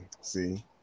See